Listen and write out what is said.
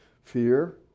fear